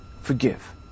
forgive